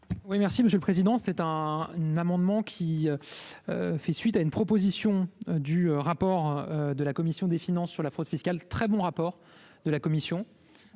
Oui, merci Monsieur le Président, c'est un amendement qui fait suite à une proposition du rapport de la commission des finances sur la fraude fiscale, très bon rapport de la commission,